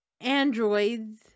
androids